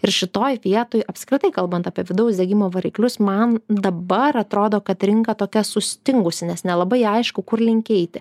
ir šitoj vietoj apskritai kalbant apie vidaus degimo variklius man dabar atrodo kad rinka tokia sustingusi nes nelabai aišku kurlink eiti